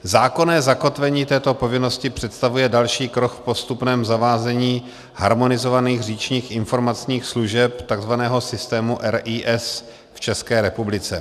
Zákonné zakotvení této povinnosti představuje další krok v postupném zavádění harmonizovaných říčních informačních služeb, takzvaného systému RIS, v České republice.